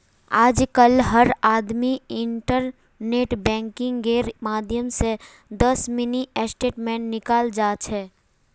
आजकल हर आदमी इन्टरनेट बैंकिंगेर माध्यम स दस मिनी स्टेटमेंट निकाल जा छ